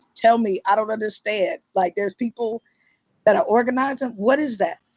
tell me! i don't understand. like there are people that are organizing? what is that?